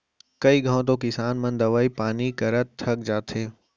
कई घंव तो किसान मन दवई पानी करत थक जाथें